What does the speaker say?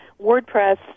WordPress